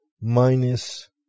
minus